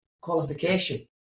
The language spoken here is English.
qualification